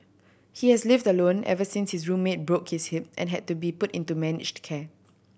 he has lived alone ever since his roommate broke his hip and had to be put into managed care